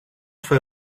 fue